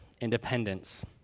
independence